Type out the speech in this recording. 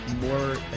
more